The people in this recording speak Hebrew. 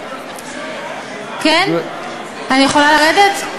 כן, אני יכולה לרדת?